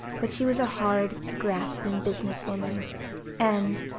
but she was a hard, grasping business woman and,